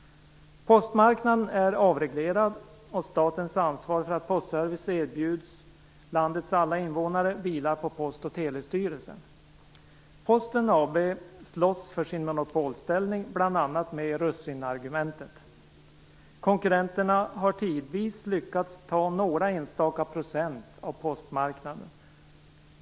Postmarknaden är avreglerad, och statens ansvar för att postservice erbjuds landets alla invånare vilar på Post och telestyrelsen. Posten AB slåss för sin monpolställning, bl.a. med "russinargumentet". Konkurrenterna har tidvis lyckats ta några enstaka procent av postmarknaden.